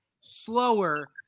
slower